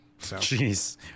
Jeez